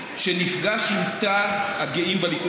שנפגש עם תא הגאים בליכוד.